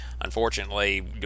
unfortunately